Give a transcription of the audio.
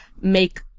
make